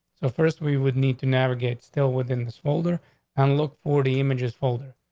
so first, we would need to never get still within this folder and look for the images folder.